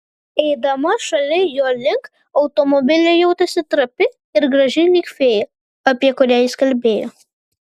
eidama šalia jo link automobilio jautėsi trapi ir graži lyg fėja apie kurią jis kalbėjo